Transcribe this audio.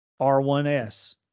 R1S